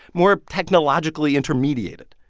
more technologically intermediated.